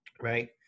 right